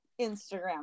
Instagram